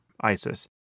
ISIS